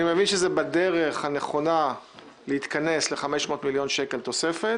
אני מבין שזה בדרך הנכונה להתכנס ל-500 מיליון שקלים תוספת.